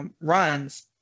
runs